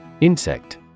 Insect